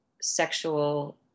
sexual